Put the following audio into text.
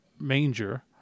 manger